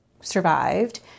survived